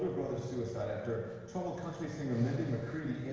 suicide after so ah country singer mindy mcready